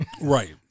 Right